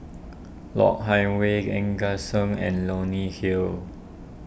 Lok Hang Way Gan Eng Seng and Leonie Hill